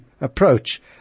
approach